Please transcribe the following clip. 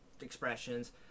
expressions